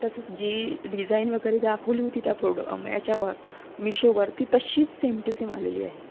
तसंच जी डिझाईन वगैरे दाखवली होती त्या प्रोडो अमे याच्यावर मिशोवर ती तशीच सेम टू सेम आलेली आहे